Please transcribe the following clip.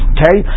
Okay